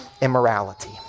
immorality